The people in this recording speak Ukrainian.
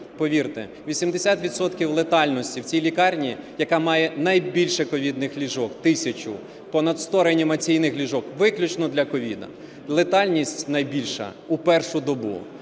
Повірте, 80 відсотків летальності в цій лікарні, яка має найбільше ковідних ліжок, – тисячу, понад сто реанімаційних ліжок виключно для COVID, летальність найбільша у першу добу.